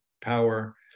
power